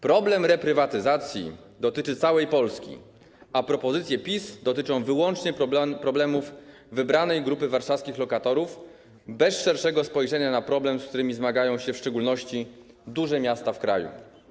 Problem reprywatyzacji dotyczy całej Polski, a propozycje PiS dotyczą wyłącznie problemów wybranej grupy warszawskich lokatorów, bez szerszego spojrzenia na problem, z którym zmagają się w szczególności duże miasta w kraju.